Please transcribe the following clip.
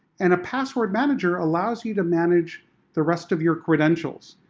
and a password manager allows you to manage the rest of your credentials,